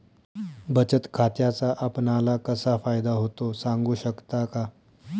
बचत खात्याचा आपणाला कसा फायदा होतो? सांगू शकता का?